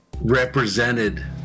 represented